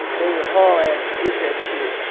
they would haul ass to get that shit,